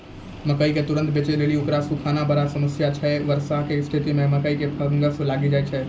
मकई के तुरन्त बेचे लेली उकरा सुखाना बड़ा समस्या छैय वर्षा के स्तिथि मे मकई मे फंगस लागि जाय छैय?